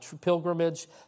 pilgrimage